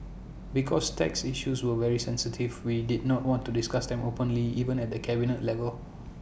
because tax issues were very sensitive we did not want to discuss them openly even at the cabinet level